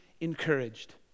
encouraged